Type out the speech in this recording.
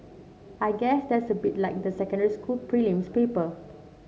I guess that's a bit like the secondary school prelims papers